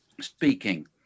speaking